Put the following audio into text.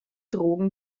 drogen